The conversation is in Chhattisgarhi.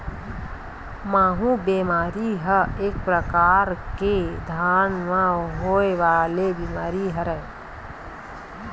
माहूँ बेमारी ह एक परकार ले धान म होय वाले बीमारी हरय